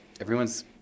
everyone's